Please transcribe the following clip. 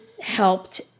helped